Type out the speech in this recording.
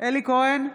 אלי כהן,